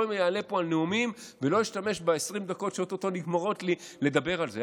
לא אעלה פה נאומים ולא אשתמש ב-20 דקות שאו-טו-טו נגמרות לי לדבר על זה.